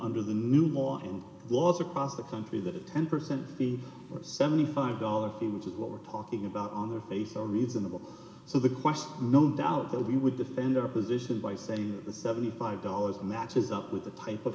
under the new law and laws across the country that ten percent or seventy five dollars fee which is what we're talking about on the face so reasonable so the question no doubt that we would defend our position by saying the seventy five dollars matches up with the type of